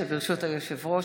ברשות היושב-ראש,